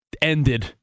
ended